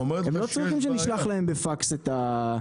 הם לא צריכים שנשלח להם בפקס את הצו.